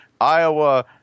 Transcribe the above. Iowa